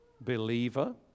believer